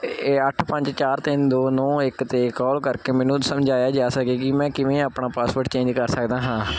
ਇਹ ਇਹ ਅੱਠ ਪੰਜ ਚਾਰ ਤਿੰਨ ਦੋ ਨੌ ਇੱਕ 'ਤੇ ਕਾਲ ਕਰਕੇ ਮੈਨੂੰ ਸਮਝਾਇਆ ਜਾ ਸਕੇ ਕਿ ਮੈਂ ਕਿਵੇਂ ਆਪਣਾ ਪਾਸਵਰਡ ਚੇਂਜ ਕਰ ਸਕਦਾ ਹਾਂ